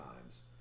times